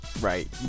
Right